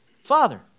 Father